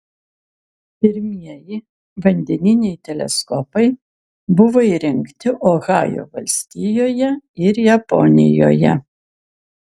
pirmieji vandeniniai teleskopai buvo įrengti ohajo valstijoje ir japonijoje